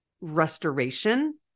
restoration